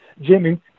Jimmy